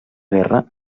guerra